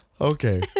Okay